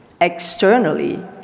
Externally